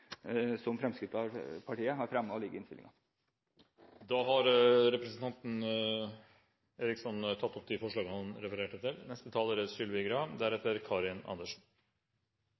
som Fremskrittspartiet har fremmet i innstillingen. Representanten Robert Eriksson har tatt opp de forslagene han refererte til.